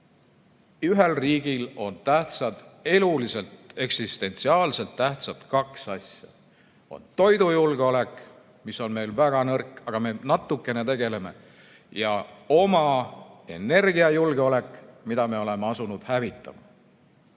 ühele riigile on eluliselt, eksistentsiaalselt tähtsad kaks asja: toidujulgeolek, mis on meil väga nõrk, aga me natukene tegeleme sellega, ja energiajulgeolek, mida me oleme asunud hävitama.